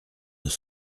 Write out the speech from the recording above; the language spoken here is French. nos